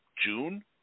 June